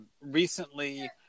recently